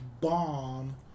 bomb